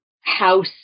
house